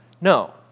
No